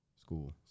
school